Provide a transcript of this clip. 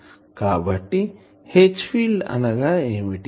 కాబట్టి H field అనగా ఏమిటి